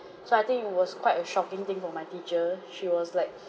so I think it was quite a shocking thing for my teacher she was like